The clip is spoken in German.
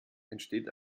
entsteht